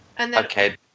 Okay